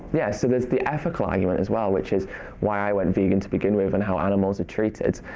yes, so there's the ethical argument as well which is why i went vegan to begin with and how animals are treated.